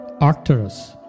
Arcturus